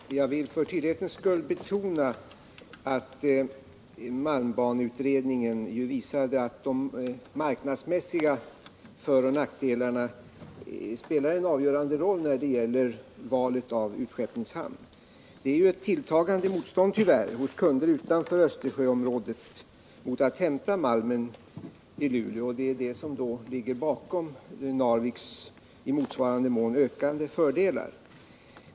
Herr talman! Jag vill för tydlighetens skull betona att malmbaneutredningen ju visade att de marknadsmässiga föroch nackdelarna spelar en avgörande roll när det gäller valet av utskeppningshamn. Det finns ett tilltagande motstånd, tyvärr, hos kunder utanför Östersjöområdet mot att hämta malmen i Luleå. Det är detta som ligger bakom Narviks i motsvarande mån ökade fördelar.